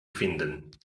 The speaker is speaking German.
finden